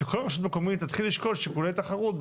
שכל רשות מקומית תתחיל לשקול שיקולי תחרות.